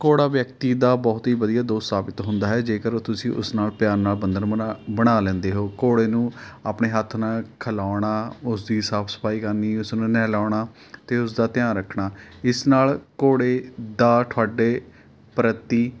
ਘੋੜਾ ਵਿਅਕਤੀ ਦਾ ਬਹੁਤ ਹੀ ਵਧੀਆ ਦੋਸਤ ਸਾਬਤ ਹੁੰਦਾ ਹੈ ਜੇਕਰ ਤੁਸੀਂ ਉਸ ਨਾਲ਼ ਪਿਆਰ ਨਾਲ਼ ਬੰਧਨ ਬਣਾ ਬਣਾ ਲੈਂਦੇ ਹੋ ਘੋੜੇ ਨੂੰ ਆਪਣੇ ਹੱਥ ਨਾਲ਼ ਖਵਾਉਣਾ ਉਸਦੀ ਸਾਫ਼ ਸਫ਼ਾਈ ਕਰਨੀ ਉਸਨੂੰ ਨਹਿਲਾਉਣਾ ਅਤੇ ਉਸਦਾ ਧਿਆਨ ਰੱਖਣਾ ਇਸ ਨਾਲ਼ ਘੋੜੇ ਦਾ ਤੁਹਾਡੇ ਪ੍ਰਤੀ